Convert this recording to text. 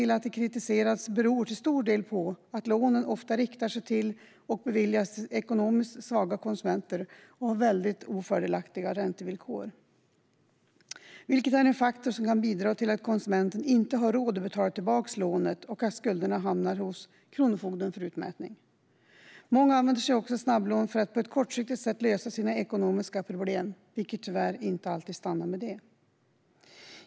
Att de kritiserats beror till stor del på att de ofta riktar sig till och beviljas ekonomiskt svaga konsumenter och att de har väldigt ofördelaktiga räntevillkor. Detta är faktorer som kan bidra till att konsumenten inte har råd att betala tillbaka lånet och att skulderna hamnar hos kronofogden för utmätning. Många använder sig också av snabblån för att på ett kortsiktigt sätt lösa sina ekonomiska problem, vilket tyvärr inte alltid stannar med det.